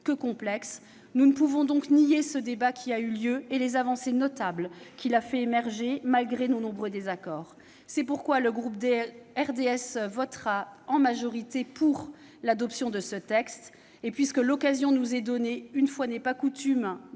que complexes. Nous ne pouvons donc nier ce débat qui a eu lieu et les avancées notables qu'il a fait émerger, malgré nos nombreux désaccords. C'est pourquoi le groupe RDSE votera en majorité pour l'adoption de ce texte. Et, puisque l'occasion nous est donnée- une fois n'est pas coutume